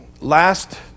Last